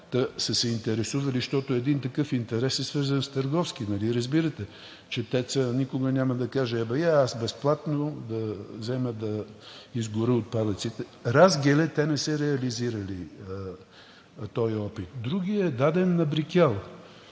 са се интересували? Защото един такъв интерес е свързан с търговски… Нали разбирате, че ТЕЦ-ът никога няма да каже: абе я аз безплатно да взема да изгоря отпадъците. Разгеле те не са реализирали този опит. Другият е даден на „Брикел“